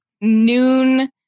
noon